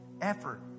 effort